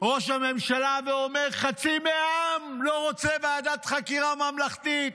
ראש הממשלה ואומר: חצי מהעם לא רוצה ועדת חקירה ממלכתית.